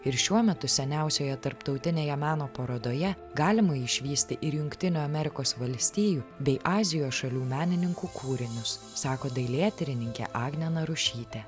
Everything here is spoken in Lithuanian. ir šiuo metu seniausioje tarptautinėje meno parodoje galima išvysti ir jungtinių amerikos valstijų bei azijos šalių menininkų kūrinius sako dailėtyrininkė agnė narušytė